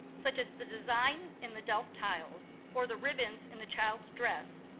such as the design in the delft tiles, or the ribbons in the child's dress,